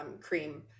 cream